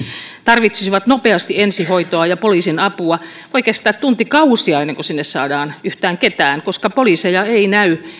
tarvitsisivat nopeasti ensihoitoa ja poliisin apua voi kestää tuntikausia ennen kuin sinne saadaan yhtään ketään koska poliiseja ei näy